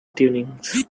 tunings